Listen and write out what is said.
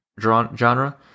genre